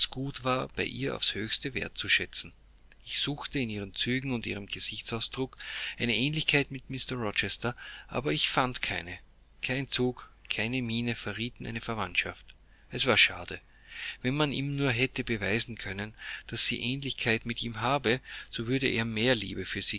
gut war bei ihr aufs höchste wertzuschätzen ich suchte in ihren zügen und ihrem gesichtsausdruck eine ähnlichkeit mit mr rochester aber ich fand keine kein zug keine miene verrieten eine verwandtschaft es war schade wenn man ihm nur hätte beweisen können daß sie ähnlichkeit mit ihm habe so würde er mehr liebe für